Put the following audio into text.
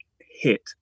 hit